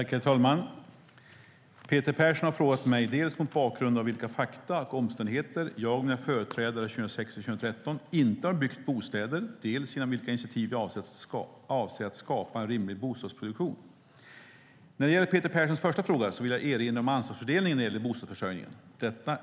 Herr talman! Peter Persson har frågat mig dels mot bakgrund av vilka fakta och omständigheter jag och mina företrädare 2006-2013 inte har byggt bostäder, dels genom vilka initiativ jag avser att skapa en rimlig bostadsproduktion. När det gäller Peter Perssons första fråga så vill jag erinra om ansvarsfördelningen när det gäller bostadsförsörjningen.